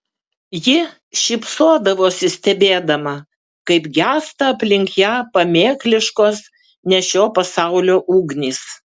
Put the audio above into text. ji šypsodavosi stebėdama kaip gęsta aplink ją pamėkliškosios ne šio pasaulio ugnys